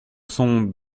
sont